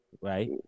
right